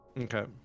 Okay